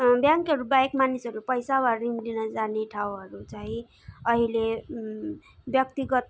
ब्याङ्कहरू बाहेक मानिसहरू पैसा वा ऋण लिन जाने ठाउँहरू चाहिँ अहिले व्यक्तिगत